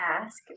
ask